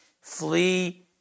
Flee